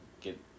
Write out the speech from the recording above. get